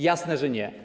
Jasne, że nie.